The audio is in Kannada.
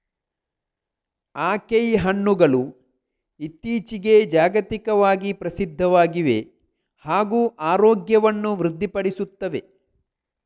ಆಕೈ ಹಣ್ಣುಗಳು ಇತ್ತೀಚಿಗೆ ಜಾಗತಿಕವಾಗಿ ಪ್ರಸಿದ್ಧವಾಗಿವೆ ಹಾಗೂ ಆರೋಗ್ಯವನ್ನು ವೃದ್ಧಿಸುತ್ತವೆ